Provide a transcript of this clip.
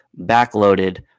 backloaded